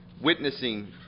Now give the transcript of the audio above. witnessing